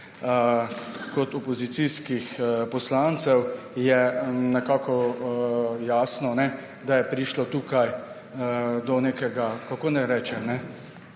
kot opozicijskih poslancev, je jasno, da je prišlo tukaj do nekega – kako naj rečem?